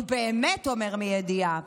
הוא באמת אומר מידיעה.